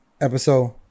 Episode